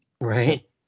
Right